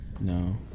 no